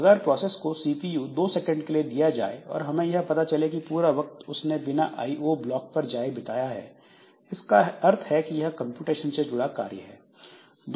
अगर प्रोसेस को CPU 2 second के लिए दिया जाए और हमें यह पता चले कि पूरा वक्त उसने बिना आईओ ब्लॉक पर जाए बिताया है इसका अर्थ है कि वह कंप्यूटेशन से जुड़ा हुआ कार्य है